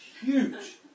huge